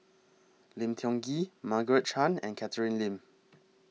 Lim Tiong Ghee Margaret Chan and Catherine Lim